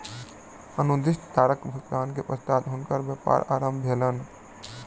अनुज्ञप्ति करक भुगतान के पश्चात हुनकर व्यापार आरम्भ भेलैन